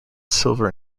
silver